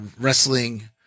wrestling